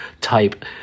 type